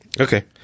Okay